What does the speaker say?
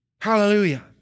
Hallelujah